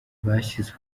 bashyize